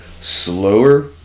slower